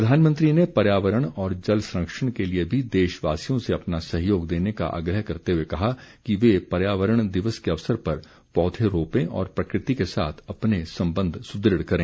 प्रधानमंत्री ने पर्यावरण और जल संरक्षण के लिए भी देश वासियों से अपना सहयोग देने का आग्रह करते हुए कहा कि वे पर्यावरण दिवस के अवसर पर पौधें रोपें और प्रकृति के साथ अपने संबंध सुदृढ करें